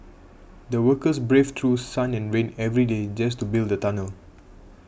the workers braved through sun and rain every day just to build the tunnel